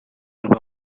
ruba